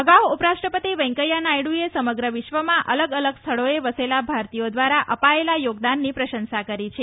અગાઉ ઉપરાષ્ટ્રપતિ વેંકૈયા નાયડુએ સમગ્ર વિશ્વમાં અલગ અલગ સ્થળોએ વસેલા ભારતીયો દ્વારા અપાયેલા યોગદાનની પ્રશંસા કરી છે